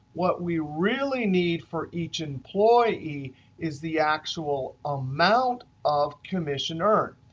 what we really need for each employee is the actual amount of commissioned earned.